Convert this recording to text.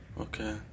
Okay